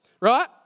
right